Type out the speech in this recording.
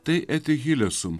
tai eti hilesum